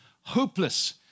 hopeless